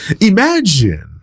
Imagine